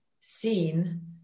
seen